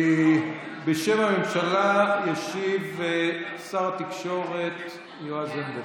בשם הממשלה ישיב שר התקשורת יועז הנדל.